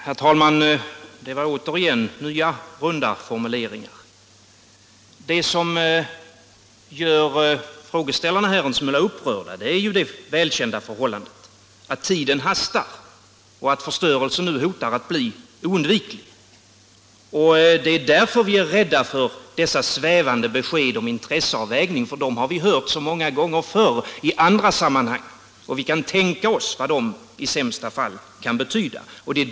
Herr talman! Det var återigen nya runda formuleringar. Det som gör frågeställarna här en smula upprörda är det välkända förhållandet att tiden hastar och att förstörelsen nu hotar att bli oundviklig. Det är därför vi är rädda för dessa svävande besked om intresseavvägning. Dem har vi nämligen hört så många gånger förr i andra sammanhang, och vi kan tänka oss vad de i sämsta fall kan betyda.